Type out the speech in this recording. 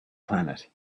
planet